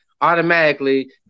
automatically